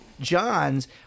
Johns